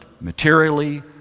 materially